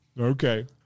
Okay